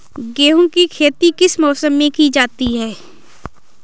गेहूँ की खेती किस मौसम में की जाती है?